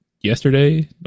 yesterday